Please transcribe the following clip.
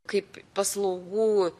kaip paslaugų